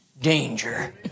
danger